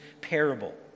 parable